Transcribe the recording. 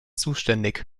zuständig